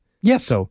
Yes